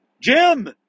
Jim